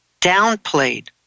downplayed